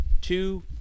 two